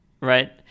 right